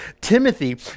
Timothy